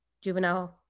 juvenile